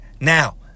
now